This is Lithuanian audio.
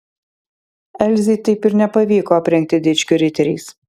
elzei taip ir nepavyko aprengti dičkių riteriais